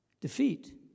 defeat